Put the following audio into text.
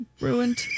ruined